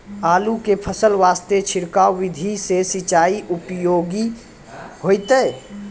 आलू के फसल वास्ते छिड़काव विधि से सिंचाई उपयोगी होइतै?